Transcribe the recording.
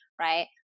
right